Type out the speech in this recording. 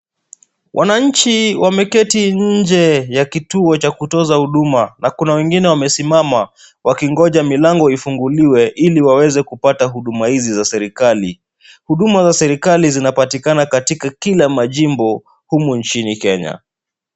Wananchi wameketi nje ya kituo cha kutoza huduma, na kuna wengine wamesimama, wakingoja milango ifunguliwe, ili waweze kupata huduma hizi za serikali. Huduma za serikali zinapatikana katika kila majimbo humu nchini Kenya.